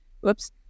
Whoops